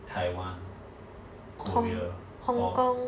taiwan korea hor